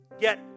get